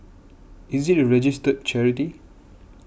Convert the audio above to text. is it a registered charity